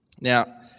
Now